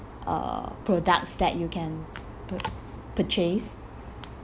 uh products that you can p~ purchase